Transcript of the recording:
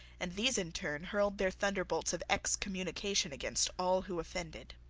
and these in turn hurled their thunderbolts of excommunication against all who offended.